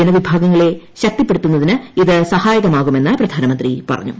ജനവിഭാഗങ്ങളെ ശക്തിപ്പെടുത്തുന്നതിന് ഇത് സഹായകമാകുമെന്ന് പ്രധാനമന്ത്രി പറഞ്ഞു